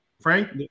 Frank